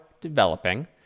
developing